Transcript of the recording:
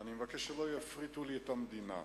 אני מבקש שלא יפריטו לי את המדינה.